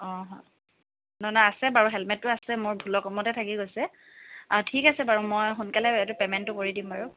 অঁ নহয় নহয় আছে বাৰু হেলমেটটো আছে মোৰ ভুলক্ৰমতে থাকি গৈছে ঠিক আছে বাৰু মই সোনকালে পে'মেণ্টো কৰি দিম বাৰু